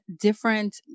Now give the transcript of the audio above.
different